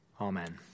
Amen